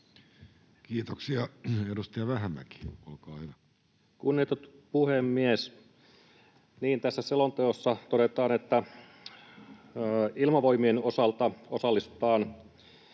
Kiitoksia. — Edustaja Vähämäki, olkaa hyvä. Kunnioitettu puhemies! Niin, tässä selonteossa todetaan, että Ilmavoimien osalta osallistutaan